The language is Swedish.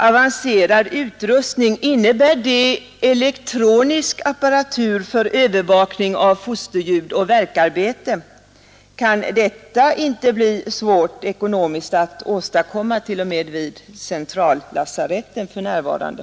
Avancerad utrustning — innebär det elektronisk apparatur för övervakning av fosterljud och värkarbete? Kan detta inte bli ekonomiskt svårt att åstadkomma t.o.m. vid centrallasaretten för närvarande?